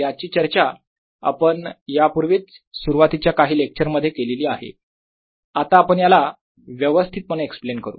याची चर्चा आपण यापूर्वीच सुरुवातीच्या काही लेक्चर मध्ये केलेली आहे आता आपण याला व्यवस्थितपणे एक्सप्लेन करू